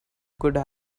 could